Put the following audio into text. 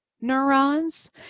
neurons